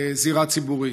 זירה ציבורית.